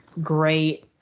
great